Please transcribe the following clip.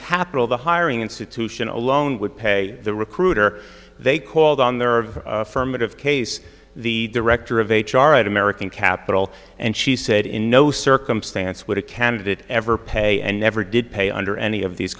capital the hiring institution alone would pay the recruiter they called on their of ferment of case the director of h r at american capital and she said in no circumstance would a candidate ever pay and never did pay under any of these